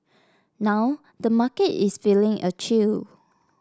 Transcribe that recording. now the market is feeling a chill